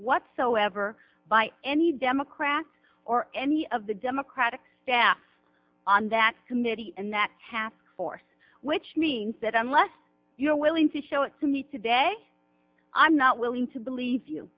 whatsoever by any democrats or any of the democratic staff on that committee and that hath force which means that unless you're willing to show it to me today i'm not willing to believe you